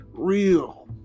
real